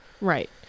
right